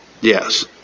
Yes